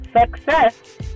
success